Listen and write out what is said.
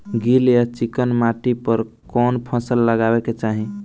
गील या चिकन माटी पर कउन फसल लगावे के चाही?